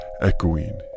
echoing